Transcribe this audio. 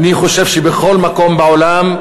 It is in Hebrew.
אני חושב שבכל מקום בעולם,